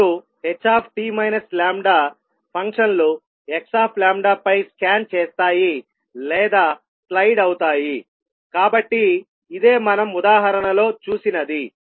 ఇప్పుడు ht λ ఫంక్షన్లు xλ పై స్కాన్ చేస్తాయి లేదా స్లైడ్ అవుతాయి కాబట్టి ఇదే మనం ఉదాహరణలో చూసినది